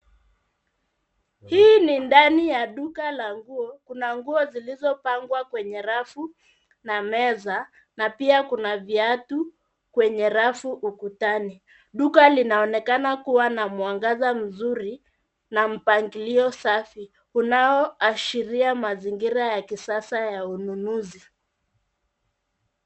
Hii ni ndani ya duka la nguo. Kuna nguo zilizopangwa kwenye rafu na meza na pia kuna viatu kwenye rafu ukutani. Duka linaonekana kuwa na mwangaza mzuri na mpangilio safi kunaoashiria mazingira ya kisasa ya ununuzi.